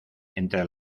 entre